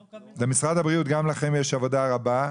משרד הבריאות, גם לכם יש עבודה רבה.